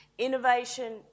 Innovation